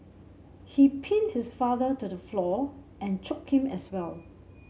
he pinned his father to the floor and choked him as well